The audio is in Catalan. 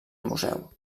museu